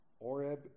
Oreb